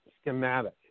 schematic